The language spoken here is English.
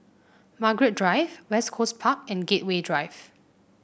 Margaret Drive West Coast Park and Gateway Drive